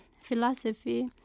philosophy